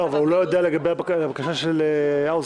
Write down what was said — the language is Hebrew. אבל הוא לא יודע לגבי הבקשה של האוזר.